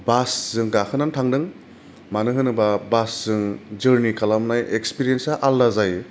बासजों गाखोनानै थांदों मानो होनोबा बासजों जरनि खालामनाय एक्सपिरियेन्सा आलदा जायो